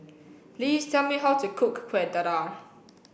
please tell me how to cook Kueh Dadar